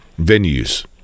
venues